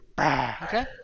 Okay